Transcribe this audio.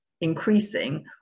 increasing